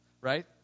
right